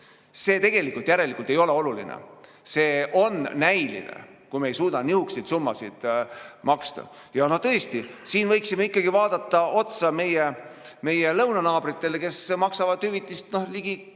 See tegelikult järelikult ei ole oluline, see on näiline, kui me ei suuda selliseid summasid maksta. Ja no tõesti, siin me võiksime ikkagi vaadata otsa meie lõunanaabritele, kes maksavad hüvitist